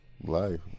Life